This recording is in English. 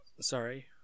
Sorry